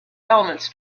elements